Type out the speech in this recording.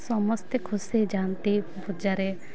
ସମସ୍ତେ ଖୁସି ଯାଆନ୍ତି ପୂଜାରେ